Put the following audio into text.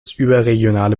überregionale